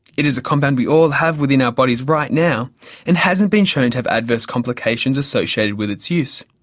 it is a compound we all have within our bodies right now and hasn't been shown to have adverse complications associated with its use.